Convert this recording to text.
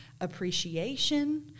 appreciation